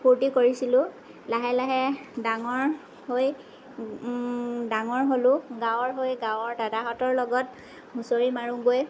ফুৰ্তি কৰিছিলো লাহে লাহে ডাঙৰ হৈ ডাঙৰ হ'লো গাঁৱৰ হৈ গাঁৱৰ দাদাহঁতৰ লগত হুচৰি মাৰোগৈ